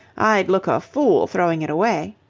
i'd look a fool throwing it away.